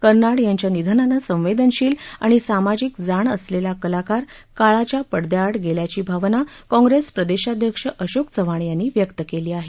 कर्नाड यांच्या निधनानं संवेदनशील आणि सामाजिक जाण असलेला कलाकार काळाच्या पडदयाआड गेल्याची भावना काँग्रेस प्रदेशाध्यक्ष अशोक चव्हाण यांनी व्यक्त केली आहे